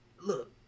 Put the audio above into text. Look